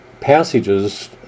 passages